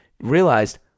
Realized